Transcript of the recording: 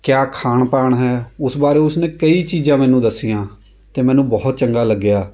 ਕਿਆ ਖਾਣ ਪਾਣ ਹੈ ਉਸ ਬਾਰੇ ਉਸ ਨੇ ਕਈ ਚੀਜ਼ਾਂ ਮੈਨੂੰ ਦੱਸੀਆਂ ਅਤੇ ਮੈਨੂੰ ਬਹੁਤ ਚੰਗਾ ਲੱਗਿਆ